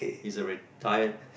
he's a retired